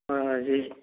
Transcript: ꯍꯣꯏ ꯍꯣꯏ